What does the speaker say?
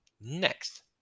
next